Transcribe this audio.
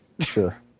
Sure